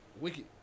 wicked